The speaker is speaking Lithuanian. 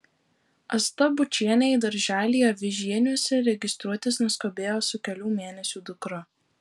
asta bučienė į darželį avižieniuose registruotis nuskubėjo su kelių mėnesių dukra